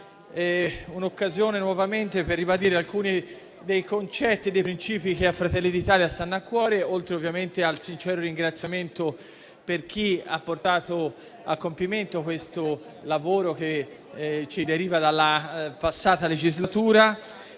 un'occasione per ribadire alcuni dei concetti e dei principi che a Fratelli d'Italia stanno a cuore, oltre ovviamente a rivolgere un sincero ringraziamento a chi ha portato a compimento questo lavoro che ci deriva dalla passata legislatura